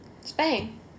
Spain